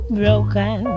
broken